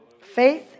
Faith